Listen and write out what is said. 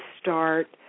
start